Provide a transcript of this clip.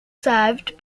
served